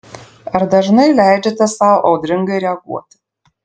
ar dažnai leidžiate sau audringai reaguoti